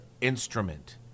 instrument